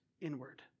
inward